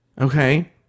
okay